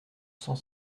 cent